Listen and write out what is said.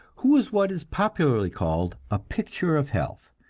who was what is popularly called a picture of health,